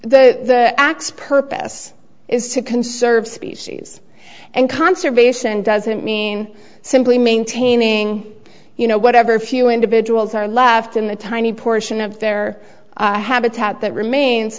is the x purpose is to conserve species and conservation doesn't mean simply maintaining you know whatever few individuals are left in the tiny portion of their habitat that remains